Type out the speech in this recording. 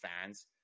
fans